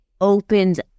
opens